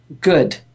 good